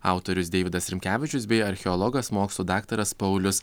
autorius deividas rimkevičius bei archeologas mokslų daktaras paulius